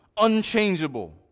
unchangeable